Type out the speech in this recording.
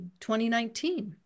2019